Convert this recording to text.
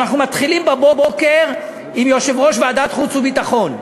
אנחנו מתחילים בבוקר עם יושב-ראש ועדת חוץ וביטחון.